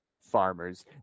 farmers